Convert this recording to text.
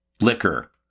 liquor